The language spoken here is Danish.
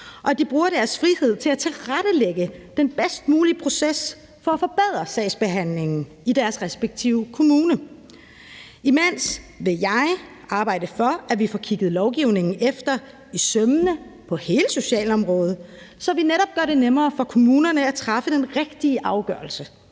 og at de bruger deres frihed til at tilrettelægge den bedst mulige proces for at forbedre sagsbehandlingen i deres respektive kommuner. Imens vil jeg arbejde for, at vi får kigget lovgivningen efter i sømmene på hele socialområdet, så vi netop gør det nemmere for kommunerne at træffe den rigtige afgørelse.